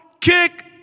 kick